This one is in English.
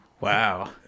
Wow